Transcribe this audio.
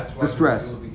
distress